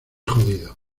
jodido